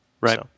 Right